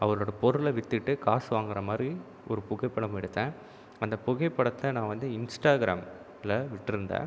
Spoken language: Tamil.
அவரோட பொருளை வித்துவிட்டு காசு வாங்குகிற மாதிரி ஒரு புகைப்படம் எடுத்தேன் அந்த புகைப்படத்தை நான் வந்து இன்ஸ்டாகிராமில் விட்டுருந்தேன்